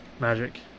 magic